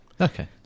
Okay